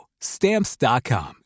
Stamps.com